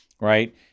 right